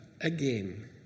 again